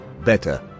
Better